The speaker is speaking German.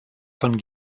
von